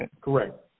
correct